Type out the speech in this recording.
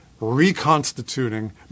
reconstituting